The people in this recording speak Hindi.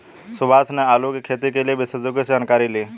सुभाष ने आलू की खेती के लिए विशेषज्ञों से जानकारी ली